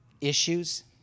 issues